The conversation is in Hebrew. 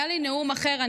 היה לי נאום אחר,